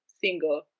single